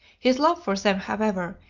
his love for them, however,